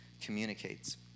communicates